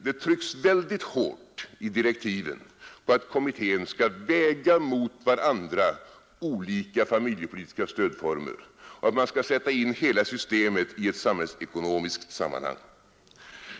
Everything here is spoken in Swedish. Det trycks väldigt hårt i direktiven på att kommittén skall väga mot varandra olika familjepolitiska stödformer och att man skall sätta in hela systemet i ett samhällsekonomiskt sammanhang.